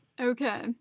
Okay